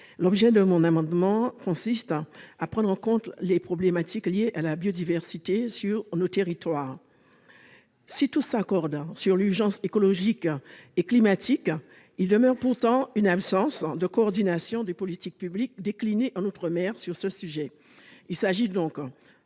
Jasmin. Cet amendement a pour objet de prendre en compte les problématiques liées à la biodiversité en outre-mer. Si tout le monde s'accorde sur l'urgence écologique et climatique, il demeure pourtant une absence de coordination des politiques publiques déclinées en outre-mer sur ce sujet. Il s'agit donc,